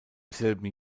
selben